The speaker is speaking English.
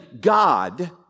God